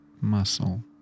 muscle